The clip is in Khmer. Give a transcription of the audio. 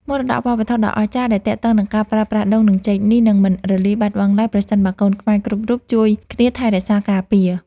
មរតកវប្បធម៌ដ៏អស្ចារ្យដែលទាក់ទងនឹងការប្រើប្រាស់ដូង និងចេកនេះនឹងមិនរលាយបាត់បង់ឡើយប្រសិនបើកូនខ្មែរគ្រប់រូបជួយគ្នាថែរក្សាការពារ។